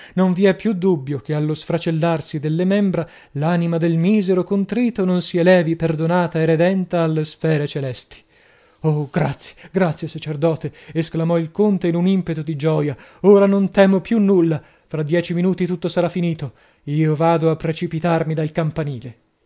non vi è più dubbio che allo sfracellarsi delle membra l'anima del misero contrito non si elevi perdonata e redenta alle sfere celesti oh grazie grazie sacerdote esclamò il conte in un impeto di gioia ora non temo più nulla fra dieci minuti tutto sarà finito io vado a precipitarmi dal campanile